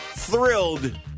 Thrilled